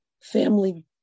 family